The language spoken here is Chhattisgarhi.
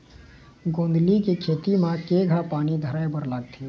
गोंदली के खेती म केघा पानी धराए बर लागथे?